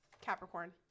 Capricorn